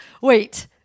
Wait